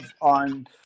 on